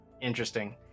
Interesting